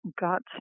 got